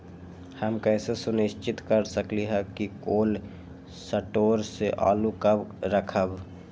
हम कैसे सुनिश्चित कर सकली ह कि कोल शटोर से आलू कब रखब?